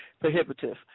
prohibitive